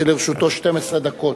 שלרשותו 12 דקות.